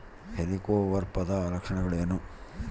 ಹೆಲಿಕೋವರ್ಪದ ಲಕ್ಷಣಗಳೇನು?